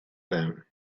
them